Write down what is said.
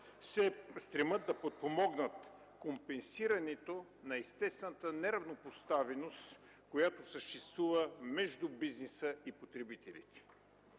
се стремят да подпомогнат компенсирането на естествената неравнопоставеност, която съществува между бизнеса и потребителите.